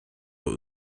but